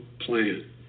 plan